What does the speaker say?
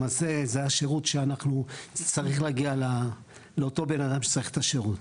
למעשה זה השירות שצריך להגיע לאותו אדם שצריך את השירות.